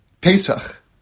Pesach